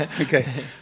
Okay